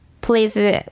please